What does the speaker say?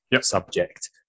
subject